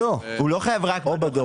הוא לא חייב רק בדוח,